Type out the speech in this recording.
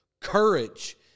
Courage